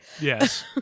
Yes